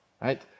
right